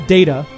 Data